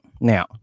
now